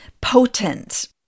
potent